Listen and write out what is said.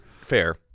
fair